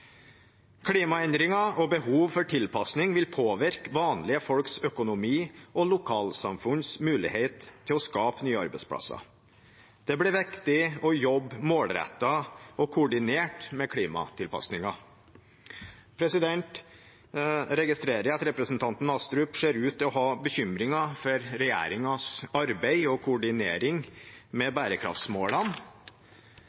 Klimaendringer og behov for tilpasning vil påvirke vanlige folks økonomi og lokalsamfunns mulighet til å skape nye arbeidsplasser. Det blir viktig å jobbe målrettet og koordinert med klimatilpasningen. Jeg registrerer at representanten Astrup ser ut til å ha bekymringer for regjeringens arbeid med og koordinering